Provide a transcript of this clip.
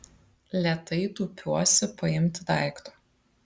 lėtai tūpiuosi paimti daikto